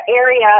area